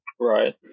right